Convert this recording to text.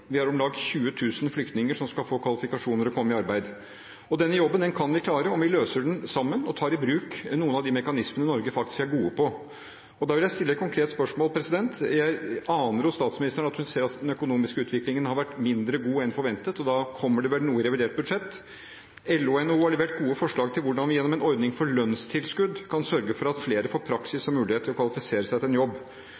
vi har om lag 20 000 flyktninger som skal få kvalifikasjoner og komme i arbeid. Denne jobben kan vi klare om vi løser den sammen og tar i bruk noen av de mekanismene Norge faktisk er gode på. Da vil jeg stille et konkret spørsmål: Jeg aner av statsministeren at hun ser at den økonomiske utviklingen har vært mindre god enn forventet, og da kommer det vel noe i revidert budsjett. LO og NHO har levert gode forslag til hvordan vi gjennom en ordning med lønnstilskudd kan sørge for at flere får praksis